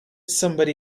somebody